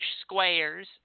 squares